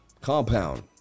Compound